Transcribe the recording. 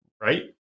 right